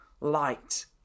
light